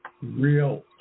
real